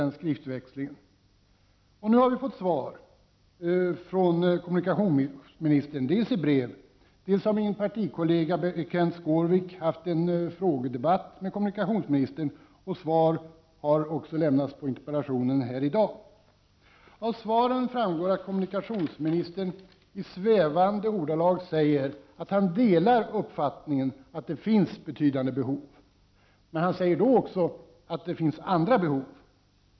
Nu har vi fått svar från kommunikationsministern dels per brev, dels genom min partikollega Kenth Skårvik som har haft en frågedebatt med kommunikationsministern, dels i debatten här i dag. Av svaren framgår att kommunikationsministern i svävande ordalag säger att han delar uppfattningen att det finns betydande behov. Men samtidigt säger han att det också finns andra behov.